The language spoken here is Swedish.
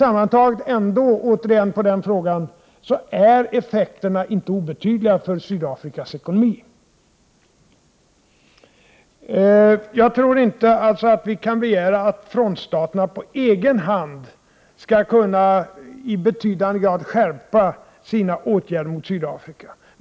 Sammantaget är effekterna på Sydafrikas ekonomi emellertid inte obetydliga. Jag tror inte att vi kan begära att frontstaterna på egen hand i betydande grad skall kunna skärpa sina åtgärder mot Sydafrika.